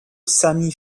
sami